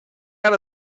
out